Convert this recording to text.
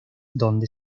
donde